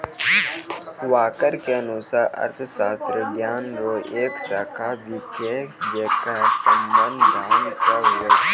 walker के अनुसार अर्थशास्त्र ज्ञान रो एक शाखा छिकै जेकर संबंध धन से हुवै छै